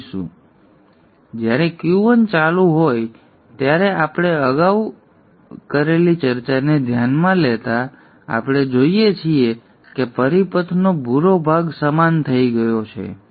તેથી જ્યારે Q 1 ચાલુ હોય ત્યારે આપણે અગાઉ કરેલી ચર્ચાને ધ્યાનમાં લેતા આપણે જોઈએ છીએ કે પરિપથનો ભૂરો ભાગ સમાપ્ત થઈ ગયો છે